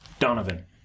Donovan